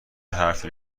حرفی